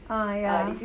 ah ya